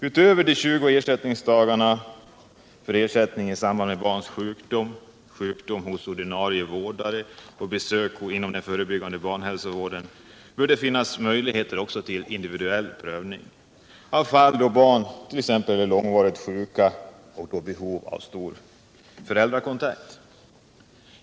Utöver de 20 ersättningsdagarna i samband med barns sjukdom, sjukdom hos ordinarie vårdare och besök inom den förebyggande barnhälsovården bör det finnas möjligheter till individuell prövning av fall då barn t.ex. är långvarigt sjuka och har behov av stor föräldrakontakt.